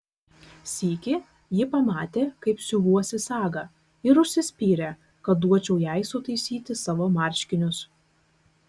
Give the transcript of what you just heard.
sykį ji pamatė kaip siuvuosi sagą ir užsispyrė kad duočiau jai sutaisyti savo marškinius